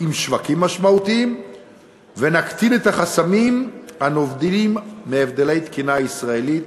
עם שווקים משמעותיים ונקטין את החסמים הנובעים מהבדלי תקינה ישראלית